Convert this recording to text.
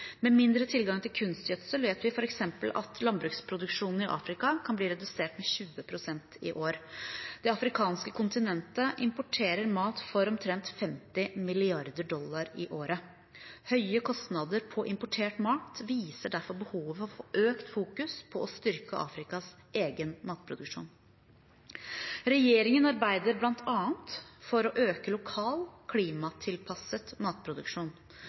Med mindre tilgang til kunstgjødsel vet vi f.eks. at landbruksproduksjonen i Afrika kan bli redusert med 20 pst. i år. Det afrikanske kontinentet importerer mat for omtrent 50 mrd. dollar i året. Høye kostnader på importert mat viser derfor behovet for et økt fokus på å styrke Afrikas egen matproduksjon. Regjeringen arbeider bl.a. for å øke lokal, klimatilpasset matproduksjon.